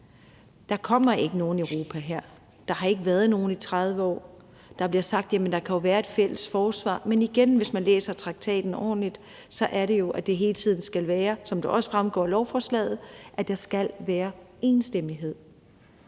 Der kommer ikke nogen europahær, der har ikke været nogen i 30 år. Der bliver sagt: Jamen der kan jo være et fælles forsvar. Men igen vil jeg sige: Hvis man læser traktaten ordentligt, er det jo sådan, at der hele tiden skal være enstemmighed, hvad der også fremgår af lovforslaget. Og så længe i hvert